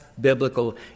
biblical